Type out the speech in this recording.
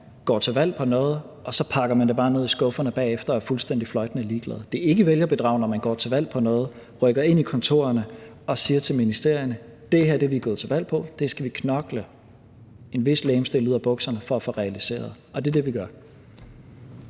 går til valg på noget og så bare pakker det ned i skufferne bagefter og er fuldstændig, fløjtende ligeglad. Det er ikke vælgerbedrag, når man går til valg på noget, rykker ind i kontorerne og siger til ministerierne: Det her er vi gået til valg på, og det skal vi knokle en vis legemsdel ud af bukserne for at få realiseret. Det er det, vi gør.